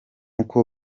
uko